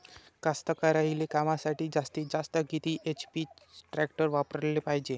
कास्तकारीच्या कामासाठी जास्तीत जास्त किती एच.पी टॅक्टर वापराले पायजे?